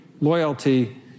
loyalty